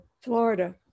Florida